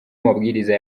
amabwiriza